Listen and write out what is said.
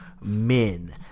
men